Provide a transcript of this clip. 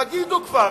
תגידו כבר.